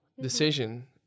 decision